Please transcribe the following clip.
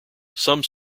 some